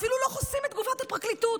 אפילו לא חוסים את תגובת הפרקליטות.